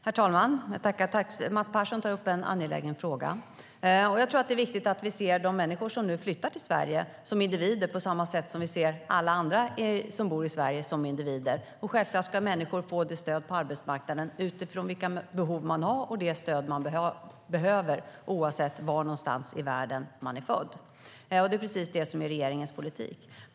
Herr talman! Mats Persson tar upp en angelägen fråga. Jag tror att det är viktigt att vi ser de människor som nu flyttar till Sverige som individer, på samma sätt som vi ser alla andra som bor i Sverige som individer. Självklart ska människor få stöd på arbetsmarknaden utifrån vilket behov man har och det stöd man behöver, oavsett var i världen man är född. Det är precis det som är regeringens politik.